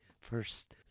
first